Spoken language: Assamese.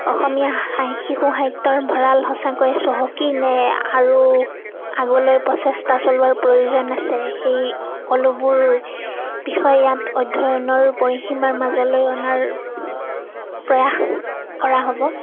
অসমীয়া সা শিশু সাহিত্যৰ ভঁৰাল সঁচাকৈয়ে চহকী নে আৰু আগলৈ প্ৰচেষ্টা চলোৱাৰ প্ৰয়োজন আছে সেই সকলোবোৰ বিষয় ইয়াত অধ্যয়নৰ পৰিসীমাৰ মাজলৈ অনাৰ প্ৰয়াস কৰা হ'ব